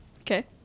Okay